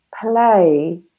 play